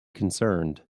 concerned